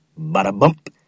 Bada-bump